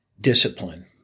discipline